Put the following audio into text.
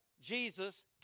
Jesus